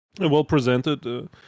Well-presented